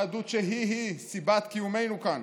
יהדות שהיא-היא סיבת קיומנו כאן,